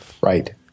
Right